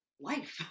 life